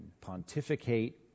pontificate